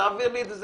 תעביר לי את זה,